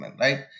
right